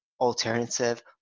alternative